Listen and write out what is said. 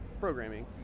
programming